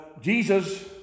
Jesus